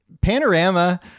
Panorama